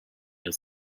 her